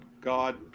God